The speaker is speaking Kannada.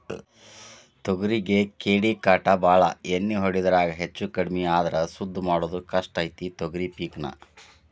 ತೊಗರಿಗೆ ಕೇಡಿಕಾಟ ಬಾಳ ಎಣ್ಣಿ ಹೊಡಿದ್ರಾಗ ಹೆಚ್ಚಕಡ್ಮಿ ಆದ್ರ ಸುದ್ದ ಮಾಡುದ ಕಷ್ಟ ಐತಿ ತೊಗರಿ ಪಿಕ್ ನಾ